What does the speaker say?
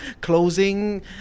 Closing